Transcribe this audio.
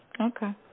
Okay